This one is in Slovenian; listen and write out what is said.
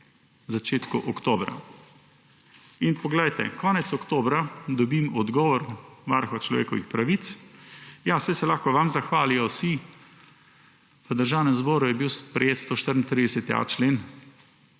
začetku oktobra. In poglejte, konec oktobra dobim odgovor Varuha človekovih pravic: ja, saj se lahko vam zahvalijo vsi. V Državnem zboru je bil sprejet 134.a člen,